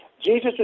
Jesus